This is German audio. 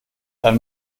dann